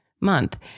month